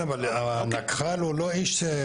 כן, אבל הנקח"ל הוא לא איש קבע.